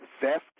theft